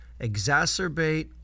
exacerbate